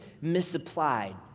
misapplied